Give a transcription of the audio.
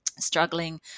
struggling